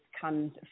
comes